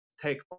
take